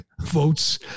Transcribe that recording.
votes